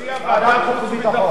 ועדת חוץ וביטחון.